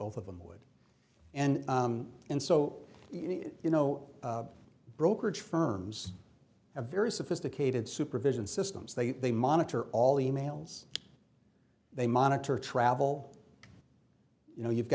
both of them would and and so you know brokerage firms a very sophisticated supervision systems they they monitor all the e mails they monitor travel you know you've